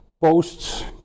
Posts